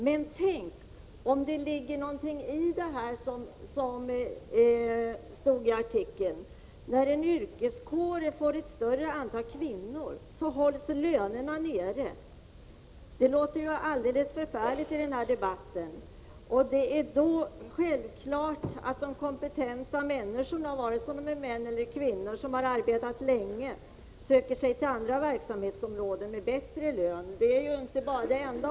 Men tänk om det ligger någonting i det som stod i artikeln: när en yrkeskår får ett större antal kvinnor hålls lönerna nere — det låter ju alldeles förfärligt i den här debatten! Det är då självklart att de kompetenta människorna som har arbetat länge, vare sig de är män eller kvinnor, söker sig till andra verksamhetsområden med bättre lön.